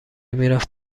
میرفت